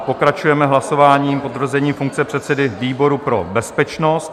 Pokračujeme hlasováním o potvrzení funkce předsedy výboru pro bezpečnost.